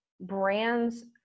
brands